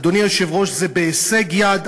אדוני היושב-ראש, זה בהישג יד.